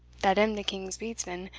that am the king's bedesman,